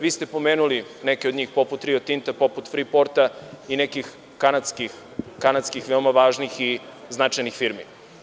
Vi ste pomenuli neke od njih, poput „Rio Tinta“, poput „Friporta“ i nekih kanadskih veoma važnih i značajnih firmi.